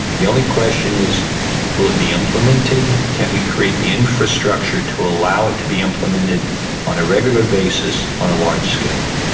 the only question is will it be implemented, can we create the infrastructure to allow it to be implemented on a regular basis on a large scale.